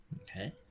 Okay